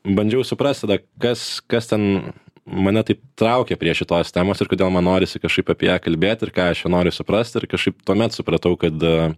bandžiau suprast tada kas kas ten mane taip traukia prie šitos temos ir kodėl man norisi kažkaip apie ją kalbėt ir ką aš joj noriu suprasti ir kažkaip tuomet supratau kad a